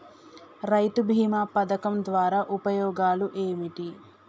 రైతు బీమా పథకం ద్వారా ఉపయోగాలు ఏమిటి?